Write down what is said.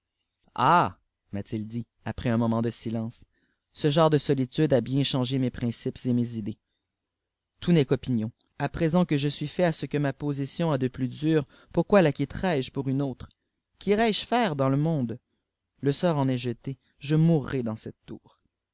ah m'a-t-il dit après un moment de silence ce genre de soli tude a bien changé mes princîs et mes idées tout n'est qu'opinion à présent que je suis fait à ce que ma position a de plus dur pourouoi la quitterai je pour une autre quirais je faire dans le monae le sort en est jeté je mourrai dans cette tour